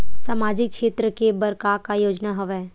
सामाजिक क्षेत्र के बर का का योजना हवय?